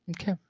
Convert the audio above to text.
Okay